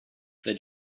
they